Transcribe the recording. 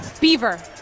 Beaver